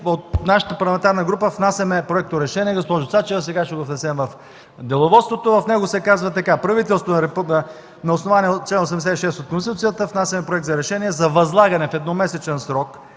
от нашата парламентарна група внасяме проекторешение, госпожо Цачева. Сега ще го внесем в Деловодството. В него се казва: „На основание чл. 86 от Конституцията внасяме Проект за решение за възлагане в едномесечен срок